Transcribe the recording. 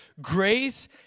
Grace